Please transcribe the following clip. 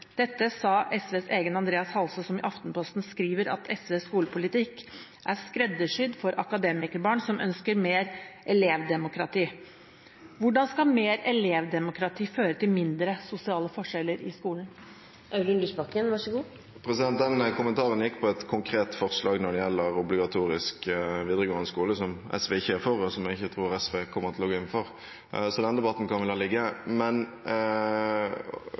Dette sa SVs egen Andreas C. Halse, som i Aftenposten skriver at SVs skolepolitikk er skreddersydd for akademikerbarn som ønsker mer elevdemokrati. Hvordan skal mer elevdemokrati føre til mindre sosiale forskjeller i skolen? Den kommentaren gikk på et konkret forslag når det gjelder obligatorisk videregående skole, som SV ikke er for, og som jeg ikke tror SV kommer til å gå inn for. Så den debatten kan vi la ligge.